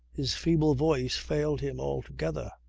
his feeble voice failed him altogether,